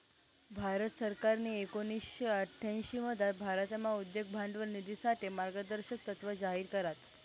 भारत सरकारनी एकोणीशे अठ्यांशीमझार भारतमा उद्यम भांडवल निधीसाठे मार्गदर्शक तत्त्व जाहीर करात